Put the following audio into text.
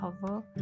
cover